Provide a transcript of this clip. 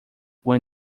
when